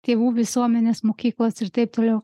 tėvų visuomenės mokyklos ir taip toliau